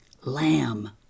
lamb